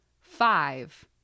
five